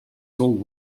sold